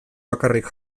bakarrik